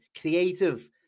creative